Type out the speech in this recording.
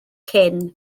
cyn